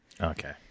Okay